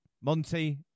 Monty